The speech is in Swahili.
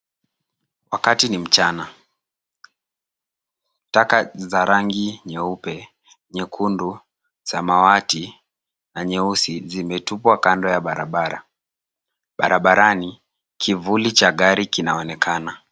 Wakati ni mchana. Taka za rangi nyeupe, nyekundu, samawati na nyeusi zimetupwa kando ya barabara. Barabarani, kivuli cha gari kinaonekana.